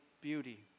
beauty